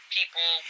People